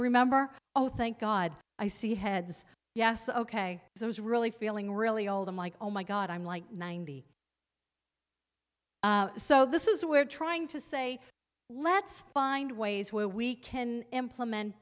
remember oh thank god i see heads yes ok so i was really feeling really old i'm like oh my god i'm like ninety so this is we're trying to say let's find ways where we can implement